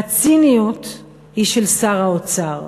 הציניות היא של שר האוצר,